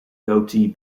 goatee